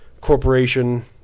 corporation